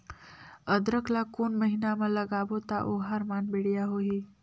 अदरक ला कोन महीना मा लगाबो ता ओहार मान बेडिया होही?